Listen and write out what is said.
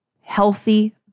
healthy